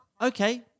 Okay